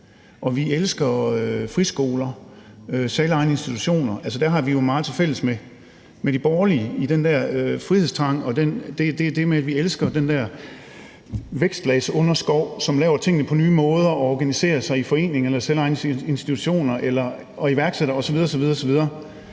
Vi elsker friskoler, selvejende institutioner – altså, der har vi jo meget tilfælles med de borgerlige i forhold til den der frihedstrang og det med, at vi elsker den der vækstlagsunderskov, som laver tingene på nye måder og organiserer sig i foreninger eller selvejende institutioner, og iværksættere osv.